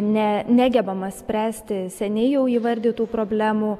ne negebama spręsti seniai jau įvardytų problemų